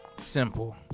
simple